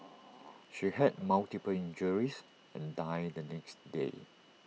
she had multiple injuries and died the next day